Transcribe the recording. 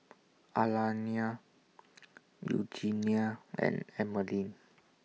Alayna Eugenia and Emeline